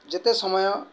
ଯେତେ ସମୟ